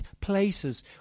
places